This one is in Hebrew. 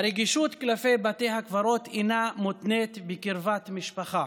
הרגישות כלפי בתי הקברות אינה מותנית בקרבת משפחה.